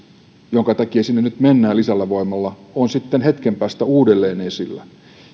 jonka takia sinne nyt mennään lisävoimalla on sitten hetken päästä uudelleen esillä